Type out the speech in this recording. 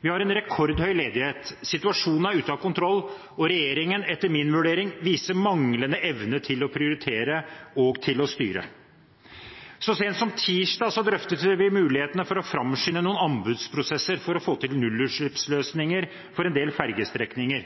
Vi har en rekordhøy ledighet. Situasjonen er ute av kontroll, og regjeringen viser etter min vurdering manglende evne til å prioritere og til å styre. Så sent som tirsdag drøftet vi mulighetene for å framskynde noen anbudsprosesser for å få til nullutslippsløsninger for en del fergestrekninger.